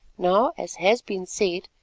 now, as has been said,